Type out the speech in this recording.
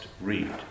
read